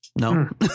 No